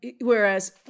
whereas